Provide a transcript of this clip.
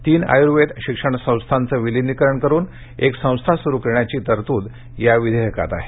तीन आयुर्वेद शिक्षण संस्थांचं विलीनीकरण करुन एक संस्था सुरू करण्याची तरतूद या विधेयकात आहे